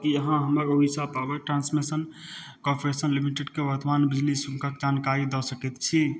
की अहाँ हमर Orissa power transmission corporation लिमिटेडके वर्तमान बिजली शुल्कक जानकारी दऽ सकैत छी